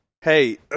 hey